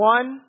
One